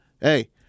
hey